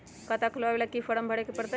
खाता खोलबाबे ला फरम कैसे भरतई?